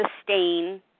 sustain